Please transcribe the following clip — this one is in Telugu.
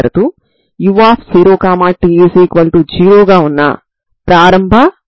కాబట్టి ఇంతకుముందు మనకు పరిచయం వున్న స్టర్మ్ లియోవిల్లే సమస్య తో ప్రారంభిద్దాం